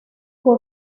fue